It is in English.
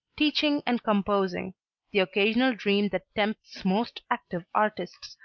teaching and composing the occasional dream that tempts most active artists,